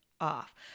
off